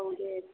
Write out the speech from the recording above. औ दे